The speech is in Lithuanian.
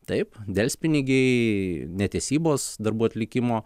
taip delspinigiai netesybos darbų atlikimo